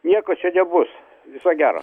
nieko čia nebus viso gero